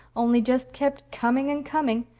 only just kept coming and coming.